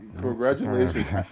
Congratulations